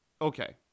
okay